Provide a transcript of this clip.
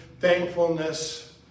thankfulness